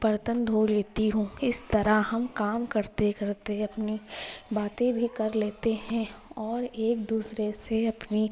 برتن دھو لیتی ہوں اس طرح ہم کام کرتے کرتے اپنی باتیں بھی کر لیتے ہیں اور ایک دوسرے سے اپنی